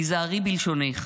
היזהרי בלשונך.